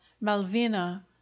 Malvina